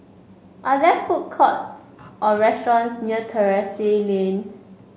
are there food courts or restaurants near Terrasse Lane